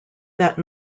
that